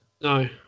No